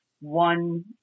one